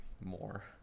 more